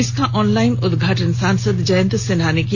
इसका ऑनलाइन उदघाटन सांसद जयंत सिन्हा ने किया